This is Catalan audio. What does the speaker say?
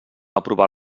aprovar